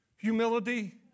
Humility